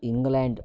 England